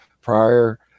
prior